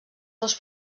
dos